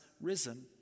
risen